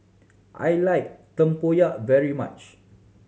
I like tempoyak very much